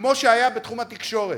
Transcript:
כמו שהיה בתחום התקשורת.